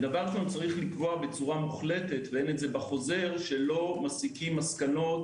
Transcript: יש לקבוע בצורה מוחלטת - ואין את זה בחוזר - שלא מסיקים מסקנות